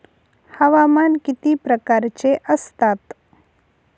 हवामान किती प्रकारचे असतात?